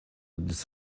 this